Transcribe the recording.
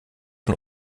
von